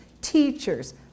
teachers